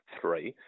Three